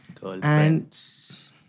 Girlfriends